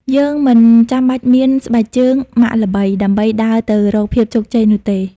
យើងមិនចាំបាច់មាន "ស្បែកជើងម៉ាកល្បី" ដើម្បីដើរទៅរកភាពជោគជ័យនោះទេ។